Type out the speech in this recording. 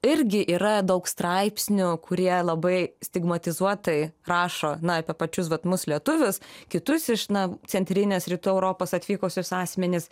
irgi yra daug straipsnių kurie labai stigmatizuotai rašo na apie pačius vat mus lietuvius kitus iš na centrinės rytų europos atvykusius asmenis